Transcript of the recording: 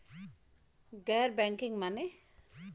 गैर बैंकिंग माने?